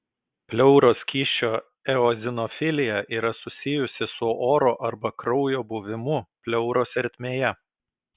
pleuros skysčio eozinofilija yra susijusi su oro arba kraujo buvimu pleuros ertmėje